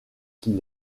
qui